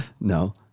No